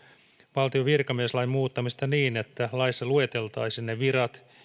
valtion virkamieslain muuttamisesta niin että laissa lueteltaisiin ne virat